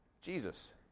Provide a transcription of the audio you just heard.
Jesus